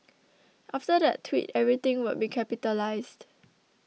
after that tweet everything would be capitalised